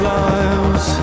lives